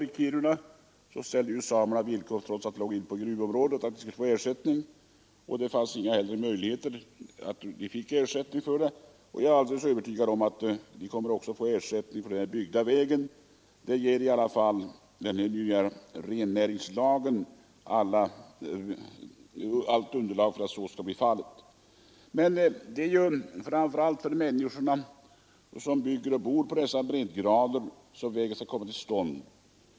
Samerna ställde då villkor, trots att platsen låg långt in på gruvområdet, att de skulle få ersättning. Jag är alldeles övertygad om att de nu kommer att få ersättning också för den här byggda vägen. Rennäringslagen ger i alla fall ett gott stöd för detta. Men det är framför allt för människorna som bygger och bor på dessa breddgrader som vägen skall komma till stånd.